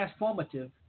transformative